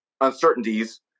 uncertainties